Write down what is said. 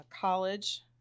college